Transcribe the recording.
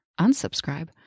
unsubscribe